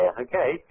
okay